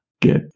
get